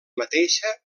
mateixa